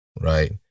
right